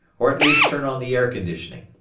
or at least turn on the air conditioning.